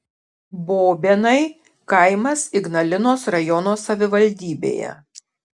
bobėnai kaimas ignalinos rajono savivaldybėje